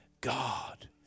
God